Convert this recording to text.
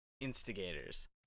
instigators